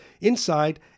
Inside